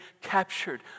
captured